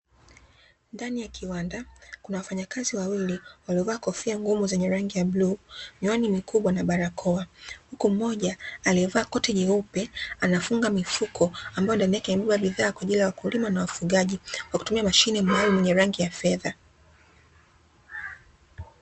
Ndani ya kiwanda kuna wafanyakazi wawili waliovaa kofia ngumu zenye rangi ya bluu, miwani mikubwa na barakoa huku mmoja amevaa koti jeupe anafunga mifuko, ambao ndani yake imebeba bidhaa kwaajili ya wakulima na wafugaji kwa kutumia mashine maalumu yenye rangi ya fedha.